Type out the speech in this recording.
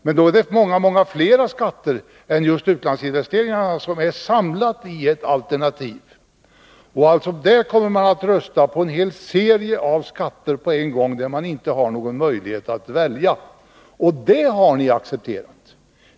Men det är många fler skatter än just skatten på utlandsinvesteringar som samlats till ett alternativ, och då skulle man komma att på en gång rösta om en hel serie av skatter, utan möjlighet att välja. Detta har ni accepterat.